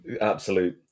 absolute